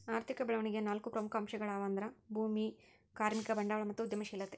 ಆರ್ಥಿಕ ಬೆಳವಣಿಗೆಯ ನಾಲ್ಕು ಪ್ರಮುಖ ಅಂಶಗಳ್ಯಾವು ಅಂದ್ರ ಭೂಮಿ, ಕಾರ್ಮಿಕ, ಬಂಡವಾಳ ಮತ್ತು ಉದ್ಯಮಶೇಲತೆ